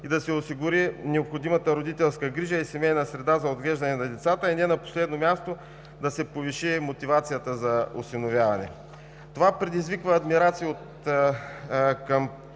и се осигури необходимата родителска грижа и семейна среда за отглеждане на децата, и не на последно място – да се повиши мотивацията за осиновяване. Това предизвиква адмирации към